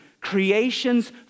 Creation's